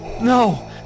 No